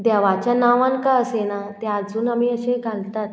देवाच्या नांवान कांय आसेना तें आजून आमी अशे घालतात